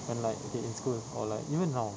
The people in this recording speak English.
and like okay in school or like even now